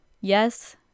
yes